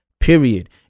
Period